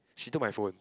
she took my phone